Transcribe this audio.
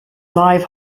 live